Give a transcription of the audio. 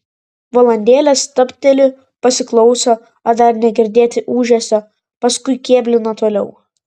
valandėlę stabteli pasiklauso ar dar negirdėti ūžesio paskui kėblina toliau